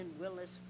Willis